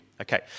okay